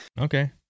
Okay